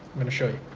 lemme show you.